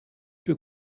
peu